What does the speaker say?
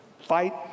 fight